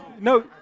No